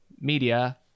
media